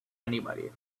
anybody